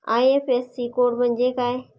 IFSC code म्हणजे काय?